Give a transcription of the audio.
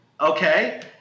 Okay